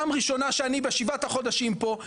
אני בשבעת החודשים פה,